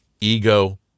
Ego